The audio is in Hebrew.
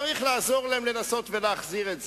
באמת צריך לנסות לעזור לה להחזיר את זה,